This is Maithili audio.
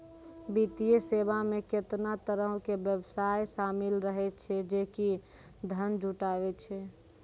वित्तीय सेवा मे केतना तरहो के व्यवसाय शामिल रहै छै जे कि धन जुटाबै छै